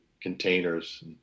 containers